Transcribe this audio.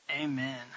Amen